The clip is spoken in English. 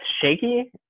shaky